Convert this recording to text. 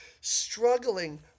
struggling